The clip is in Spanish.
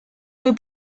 muy